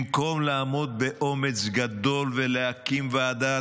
במקום לעמוד באומץ גדול ולהקים ועדת